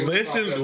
Listen